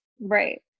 Right